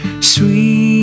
sweet